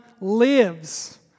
lives